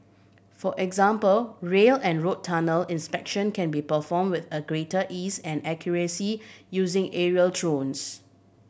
for example rail and road tunnel inspection can be performed with a greater ease and accuracy using aerial drones